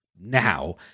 Now